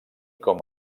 com